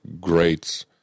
great